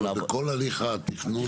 כבר בימים אלה יש אלפי דונמים במסגרת התמ"א,